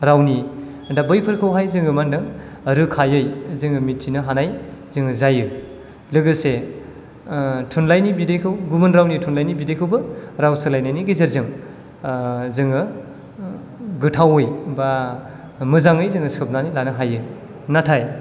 रावनि दा बैफोरखौहाय जोङो मा होन्दों रोखायै जोङो मिथिनो हानाय जोङो जायो लोगोसे थुनलाइनि बिदैखौ गुबुन रावनि थुनलाइनि बिदैखौबो राव सोलायनायनि गेजेरजों जोङो गोथावै बा मोजाङै जोङो सोबनानै लानो हायो नाथाय